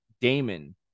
Damon